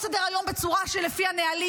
לא הוספתם לסדר-היום בצורה של לפי הנהלים,